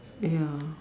ya